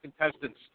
contestants